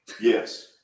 yes